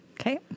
Okay